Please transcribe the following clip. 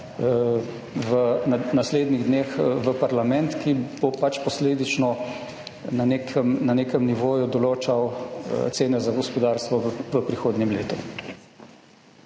v naslednjih dneh v parlament, ki bo pač posledično na nekem nivoju določal cene za gospodarstvo v prihodnjem letu.